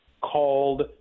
called